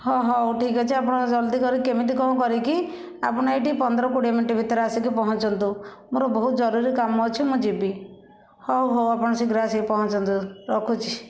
ହଁ ହଉ ଠିକ୍ ଅଛି ଆପଣ ଜଲଦି କରିକି କେମିତି କ'ଣ କରିକି ଆପଣ ଏଇଠି ପନ୍ଦର କୋଡ଼ିଏ ମିନିଟ୍ ଭିତରେ ଆସିକି ପହଞ୍ଚନ୍ତୁ ମୋର ବହୁତ ଜରୁରୀ କାମ ଅଛି ମୁଁ ଯିବି ହଉ ହଉ ଆପଣ ଶିଘ୍ର ଆସି ପହଞ୍ଚନ୍ତୁ ରଖୁଛି